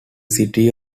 city